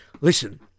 Listen